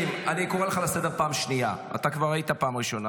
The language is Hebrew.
רגע, שנייה, תן לי.